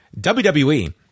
WWE